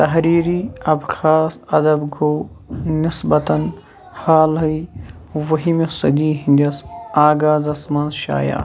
تحریٖری Abkhaz اَدب گوٚو نٮ۪سبتاً حالیہِ وُہمہِ صٔدی ہٕنٛدِس آغازس منٛز شایع